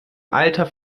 alter